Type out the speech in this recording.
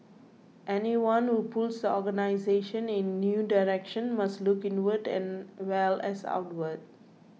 anyone who pulls the organisation in new direction must look inward as well as outward